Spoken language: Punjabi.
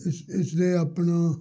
ਇਸਦੇ